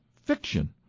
fiction